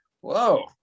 Whoa